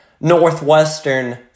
Northwestern